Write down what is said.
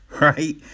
right